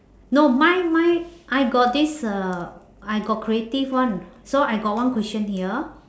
no mine mine I got this uh I got creative one so I got one question here